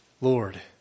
Lord